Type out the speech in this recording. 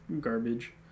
garbage